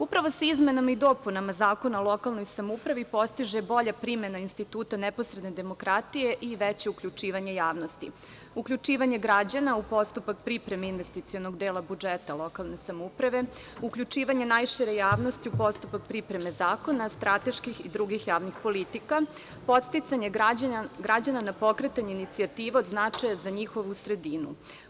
Upravo za izmenama i dopunama Zakona o lokalnoj samoupravi postiže se bolja primena instituta neposredne demokratije i veće uključivanje javnosti, uključivanje građana u postupak pripreme investicionog dela budžeta lokalne samouprave, uključivanje najšire javnosti u postupak pripreme zakona strateških i drugih javnih politika, podsticanje građana na pokretanje inicijative od značaja za njihovu sredinu.